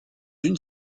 une